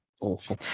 awful